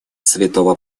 святого